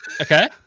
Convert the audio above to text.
okay